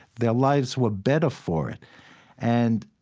their lives were better for it and